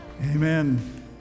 Amen